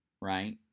right